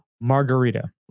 margarita